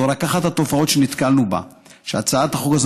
זו רק אחת התופעות שנתקלנו בהן ושהצעת החוק הזאת